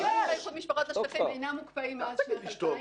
שאלה שנייה האם הליכי איחוד משפחות בשטחים אינם מוקפאים מאז שנת 2000?